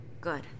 Good